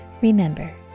Remember